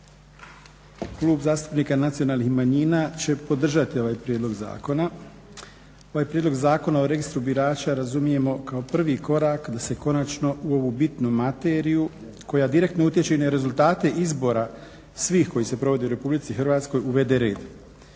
Klub zastupnika Nacionalnih manjina će podržati ovaj prijedlog zakona. Ovaj prijedlog zakona o registru birača razumijemo kao prvo korak da se konačno u ovu bitnu materiju koja direktno utječe i na rezultate izbora svih koji se provode u Republici Hrvatskoj uvede red.